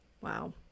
wow